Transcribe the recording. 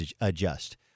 adjust